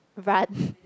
run